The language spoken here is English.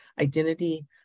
identity